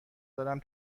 دارم